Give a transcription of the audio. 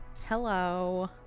hello